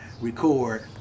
record